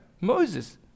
Moses